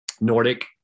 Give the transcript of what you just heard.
Nordic